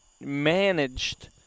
managed